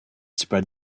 spread